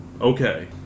Okay